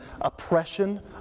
oppression